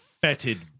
Fetid